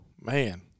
man